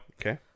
Okay